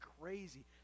crazy